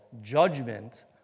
judgment